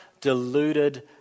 deluded